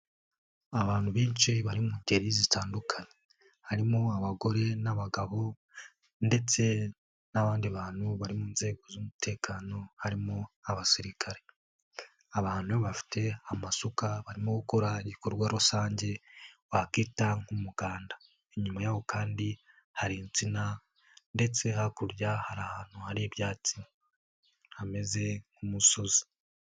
Abantu benshi bari mu ngeri zitandukanye harimo abagore n'abagabo, ndetse n'abandi bantu bari mu nzego z'umutekano, harimo abasirikare abantu bafite amasuka barimo gukora ibikorwa rusange wa kita nk'umuganda, inyuma yaho kandi hari insina ndetse hakurya hari ahantu hari ibyatsi hameze nk'umusozi.